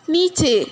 নীচে